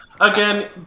again